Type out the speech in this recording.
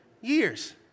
years